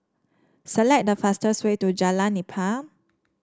select the fastest way to Jalan Nipah